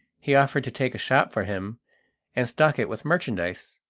he offered to take a shop for him and stock it with merchandise.